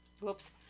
Whoops